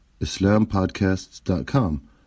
islampodcasts.com